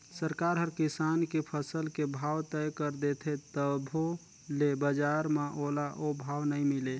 सरकार हर किसान के फसल के भाव तय कर देथे तभो ले बजार म ओला ओ भाव नइ मिले